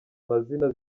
mazina